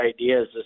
ideas